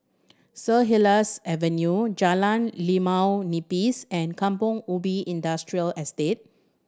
Saint Helier's Avenue Jalan Limau Nipis and Kampong Ubi Industrial Estate